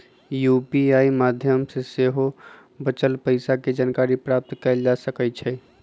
UPI माध्यम से सेहो बचल पइसा के जानकारी प्राप्त कएल जा सकैछइ